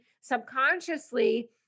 subconsciously